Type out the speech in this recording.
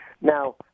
Now